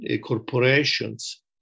corporations